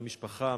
מהמשפחה,